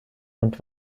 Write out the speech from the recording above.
und